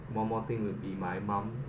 one more thing will be my mom